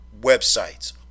websites